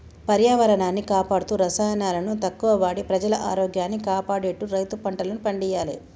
పర్యావరణాన్ని కాపాడుతూ రసాయనాలను తక్కువ వాడి ప్రజల ఆరోగ్యాన్ని కాపాడేట్టు రైతు పంటలను పండియ్యాలే